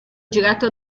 girato